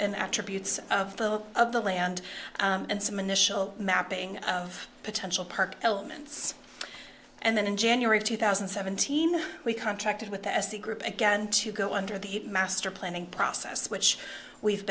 and attributes of the of the land and some initial mapping of potential park elements and then in january two thousand and seventeen we contracted with the s t group again to go under the master planning process which we've